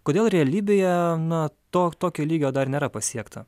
kodėl realybėje na to tokio lygio dar nėra pasiekta